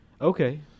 okay